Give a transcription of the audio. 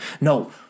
No